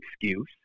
excuse